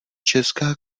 česká